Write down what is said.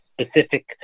specific